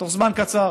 בתוך זמן קצר,